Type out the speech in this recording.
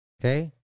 okay